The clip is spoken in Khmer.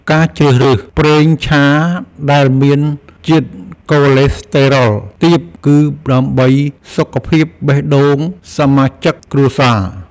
ការជ្រើសរើសប្រេងឆាដែលមានជាតិកូឡេស្តេរ៉ុលទាប គឺដើម្បីសុខភាពបេះដូងសមាជិកគ្រួសារ។